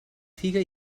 figa